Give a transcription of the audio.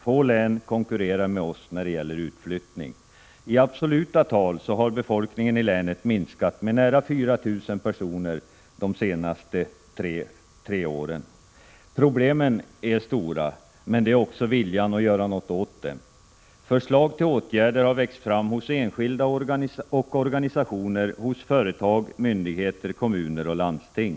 Få län konkurrerar med oss när det gäller utflyttning. I absoluta tal har befolkningen i länet minskat med nära 4 000 personer de tre senaste åren. Problemen är stora — men det är viljan att göra något åt dem också. Förslag till åtgärder har växt fram hos enskilda och organisationer, hos företag, myndigheter, kommuner och landsting.